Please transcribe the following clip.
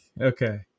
okay